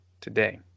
today